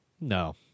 No